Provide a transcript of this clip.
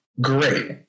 Great